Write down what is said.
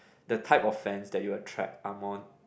the type of fans that you attract are